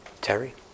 Terry